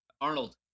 Arnold